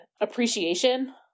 appreciation